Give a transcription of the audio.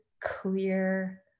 clear